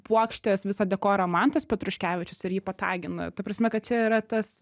puokštes visą dekorą mantas petruškevičius ir jį patagina ta prasme kad čia yra tas